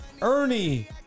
Ernie